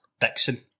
Dixon